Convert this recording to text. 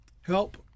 help